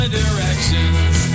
directions